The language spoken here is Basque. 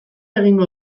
egingo